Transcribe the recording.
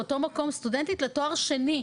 באותו מקום סטודנטית לתואר שני,